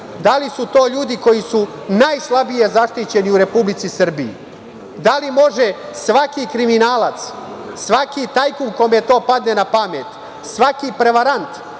porodica ljudi koji su najslabije zaštićeni u Republici Srbiji? Da li može svaki kriminalac, svaki tajkun kome to padne na pamet, svaki prevarant,